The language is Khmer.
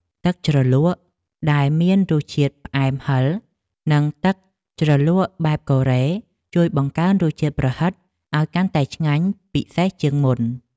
ទឹកជ្រលក់ដែលមានរសជាតិផ្អែមហឹរនិងទឹកជ្រលក់បែបកូរ៉េជួយបង្កើនរសជាតិប្រហិតឱ្យកាន់តែឆ្ងាញ់ពិសេសជាងមុន។